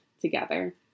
together